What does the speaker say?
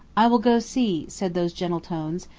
i will go see, said those gentle tones,